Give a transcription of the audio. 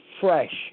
fresh